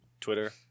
Twitter